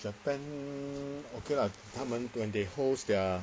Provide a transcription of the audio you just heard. japan okay lah when they host their